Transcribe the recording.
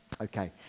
Okay